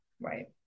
right